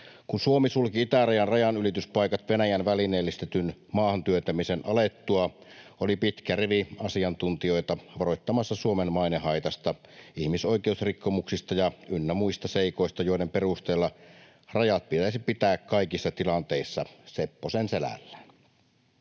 Kun Suomi sulki itärajan rajanylityspaikat Venäjän välineellistetyn maahantyöntämisen alettua, oli pitkä rivi asiantuntijoita varoittamassa Suomen mainehaitasta, ihmisoikeusrikkomuksista ynnä muista seikoista, joiden perusteella rajat pitäisi pitää kaikissa tilanteissa sepposen selällään.